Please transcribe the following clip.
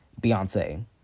Beyonce